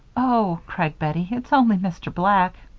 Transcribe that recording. oh! cried bettie, it's only mr. black.